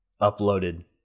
uploaded